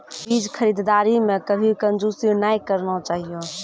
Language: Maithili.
बीज खरीददारी मॅ कभी कंजूसी नाय करना चाहियो